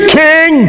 king